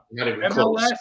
MLS